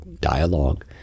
dialogue